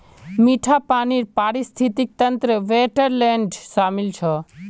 मीठा पानीर पारिस्थितिक तंत्रत वेट्लैन्ड शामिल छ